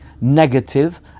negative